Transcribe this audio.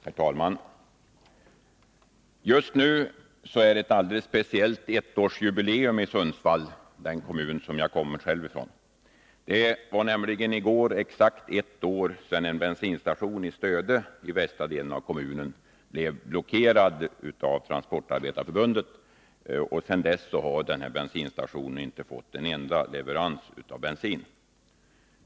Herr talman! Just nu är det ett alldeles speciellt ettårsjubileum i Sundsvall, den kommun som jag själv kommer ifrån. I går var det nämligen exakt ett år sedan en bensinstation i Stöde i västra delen av kommunen blev blockerad av Transportarbetareförbundet. Sedan dess har den här bensinstationen inte fått en enda leverans av bensin.